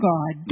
God